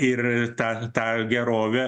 ir tą tą gerovę